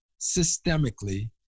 systemically